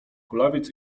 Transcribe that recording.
kulawiec